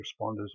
responders